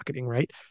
right